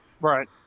Right